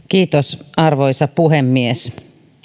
kiitos arvoisa puhemies